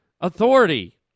authority